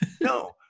No